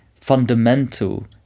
fundamental